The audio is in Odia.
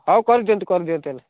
ହେଉ କରି ଦିଅନ୍ତୁ କରି ଦିଅନ୍ତୁ ହେଲେ